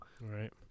Right